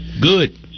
Good